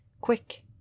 quick